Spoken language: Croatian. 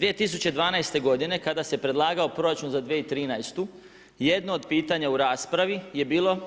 2012. godine kada se predlagao proračun za 2013., jedno od pitanja u raspravi je bilo